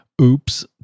oops